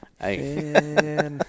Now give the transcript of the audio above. hey